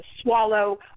swallow